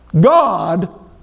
God